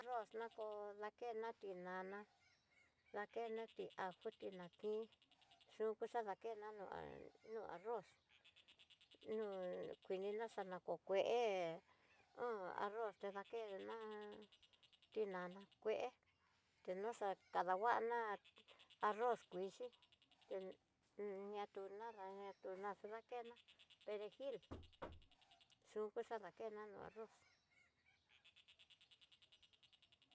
Arroz dako dakena tinana dakena ti ajo tinaki dukuxa dakena nó no arroz no kuinina ná ko kue un arroz ta dakena tinana kue tedoxa kadakuana arroz kuxhii té ñatú nadá antuxa nakena, perejil xu kuxa nakena no arroz.